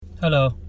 Hello